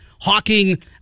hawking